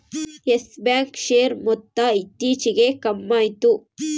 Yes Bank share ಮೊತ್ತ ಇತ್ತೀಚಿಗೆ ಕಮ್ಮ್ಯಾತು